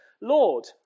Lord